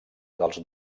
dels